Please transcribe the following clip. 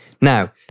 Now